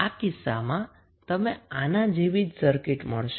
આ કિસ્સામાં તમને આના જેવી જ સર્કિટ મળશે